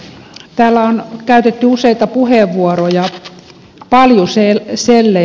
täällä on käytetty useita puheenvuoroja paljuselleistä